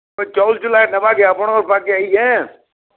ଚଉଲ୍ ଚୁଲା ନେବାକେ ଆପଣଙ୍କ ପାଖ୍କେ ଆଇଛେଁ